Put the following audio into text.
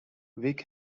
vic